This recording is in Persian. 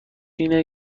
اینه